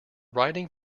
writing